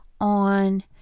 on